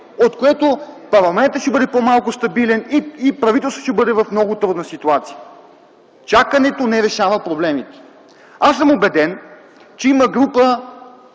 от което парламентът ще бъде по-малко стабилен и правителството ще бъде в много трудна ситуация. Чакането не решава проблемите! Аз съм убеден, че има група